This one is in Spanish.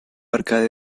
arcade